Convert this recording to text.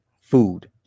food